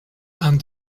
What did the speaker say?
and